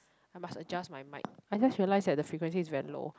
I must adjust my mic I just realise that the frequency is very low